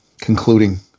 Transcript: concluding